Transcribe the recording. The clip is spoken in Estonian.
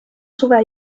suve